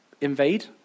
invade